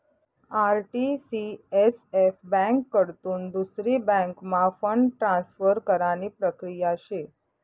RTCSF ब्यांककडथून दुसरी बँकम्हा फंड ट्रान्सफर करानी प्रक्रिया शे